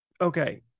okay